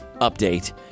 update